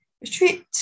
retreat